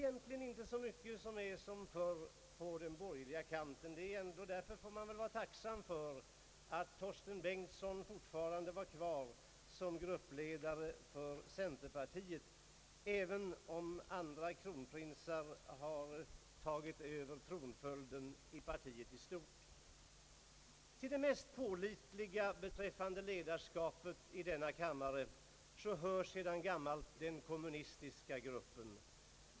Det är inte så mycket som är sig likt från förr på den borgerliga sidan, och man får väl vara tacksam för att herr Torsten Bengtson är kvar som gruppledare för centerpartiet, även om andra kronprinsar har tagit över tronföljden i partiet i stort. Till de mest pålitliga beträffande ledarskapet i denna kammare hör sedan gammalt den kommunistiska gruppen.